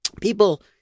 people